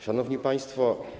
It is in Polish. Szanowni Państwo!